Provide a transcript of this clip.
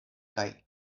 kaj